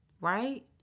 Right